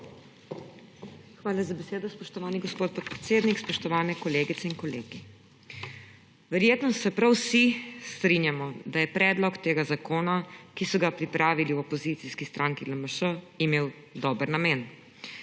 Hvala za besedo, spoštovani gospod podpredsednik. Spoštovani kolegice in kolegi! Verjetno se prav vsi strinjamo, da je predlog tega zakona, ki so ga pripravili v opozicijski stranki LMŠ, imel dober namen.